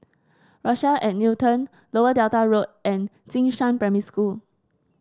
Rochelle at Newton Lower Delta Road and Jing Shan Primary School